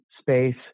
space